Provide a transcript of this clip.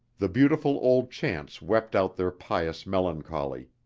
the beautiful old chants wept out their pious melancholy.